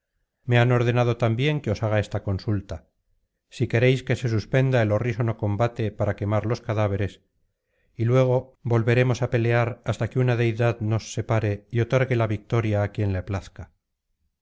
me han ordenado también que os haga esta consulta si queréis que se suspenda el horrísono combate para quemar los cadáveres y luego volveremos a pelear hasta que una deidad nos separe y otorgue la victoria á quien le plazca